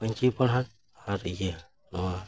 ᱯᱟᱹᱧᱪᱤ ᱯᱟᱬᱦᱟᱴ ᱟᱨ ᱤᱭᱟᱹ ᱱᱚᱣᱟ